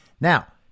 Now